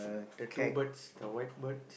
the two birds the white birds